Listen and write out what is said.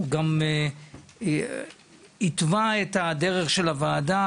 הוא גם התווה את הדרך של הוועדה,